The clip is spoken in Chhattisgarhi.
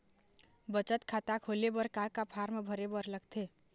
बचत खाता खोले बर का का फॉर्म भरे बार लगथे?